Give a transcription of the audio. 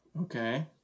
Okay